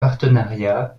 partenariat